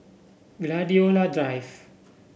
Gladiola Drive